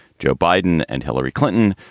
joe biden and hillary clinton,